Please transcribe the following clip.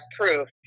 proof